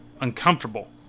uncomfortable